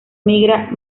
migra